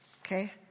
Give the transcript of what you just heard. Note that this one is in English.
okay